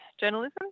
journalism